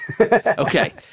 Okay